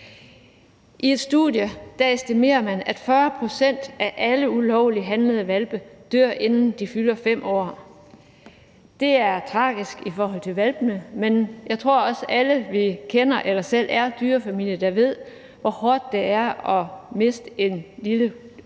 I et studie estimerer man, at 40 pct. af alle ulovligt handlede hvalpe dør, inden de fylder 5 år. Det er tragisk for hvalpene, men jeg tror også, at alle, der er eller kender nogle, som er dyrefamilier, ved, hvor hårdt det er at miste en lille ny hund.